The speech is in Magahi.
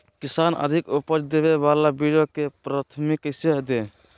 किसान अधिक उपज देवे वाले बीजों के प्राथमिकता कैसे दे?